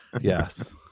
Yes